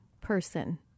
person